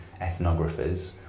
ethnographers